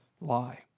lie